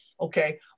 okay